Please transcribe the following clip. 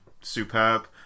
superb